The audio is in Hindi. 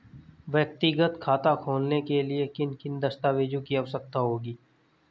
व्यक्तिगत खाता खोलने के लिए किन किन दस्तावेज़ों की आवश्यकता होगी?